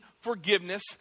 forgiveness